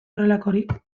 horrelakorik